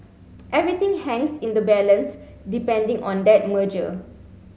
everything hangs in the balance depending on that merger